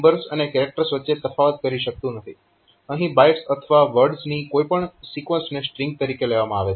તે નંબર્સ અને કેરેક્ટર્સ વચ્ચે તફાવત કરી શકતું નથી અહીં બાઇટ્સ અથવા વર્ડ્સની કોઈ પણ સિક્વન્સને સ્ટ્રીંગ તરીકે લેવામાં આવે છે